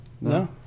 No